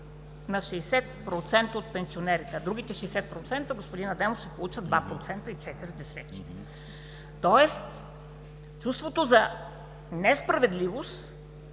на 60% от пенсионерите, а другите 40%, господин Адемов, ще получат 2,4%. Тоест чувството за несправедливост